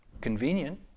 convenient